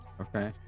Okay